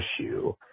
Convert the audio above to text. issue